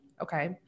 okay